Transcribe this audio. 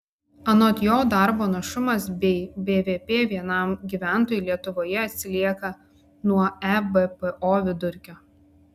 anot jo darbo našumas bei bvp vienam gyventojui lietuvoje atsilieka nuo ebpo vidurkio